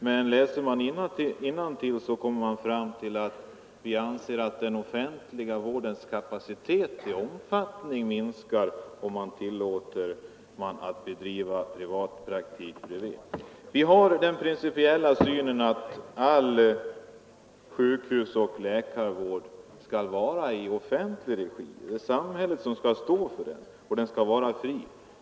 Men läser man innantill, kommer man fram till att vi anser att den offentliga vårdkapaciteten minskar om läkarna tillåts att bedriva privatpraktik bredvid. Vi har den principiella synen att all sjukhusoch läkarvård skall bedrivas i offentlig regi. Det är samhället som skall stå för den, och den skall vara fri.